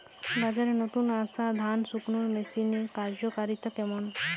বাজারে নতুন আসা ধান শুকনোর মেশিনের কার্যকারিতা কেমন?